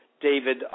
David